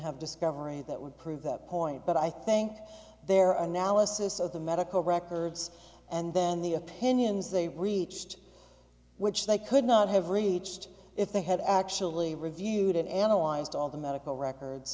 have discovery that would prove that point but i think there are analysis of the medical records and then the opinions they reached which they could not have reached if they had actually reviewed and analyzed all the medical records